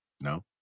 No